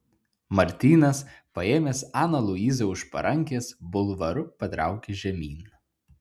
martynas paėmęs aną luizą už parankės bulvaru patraukė žemyn